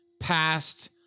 past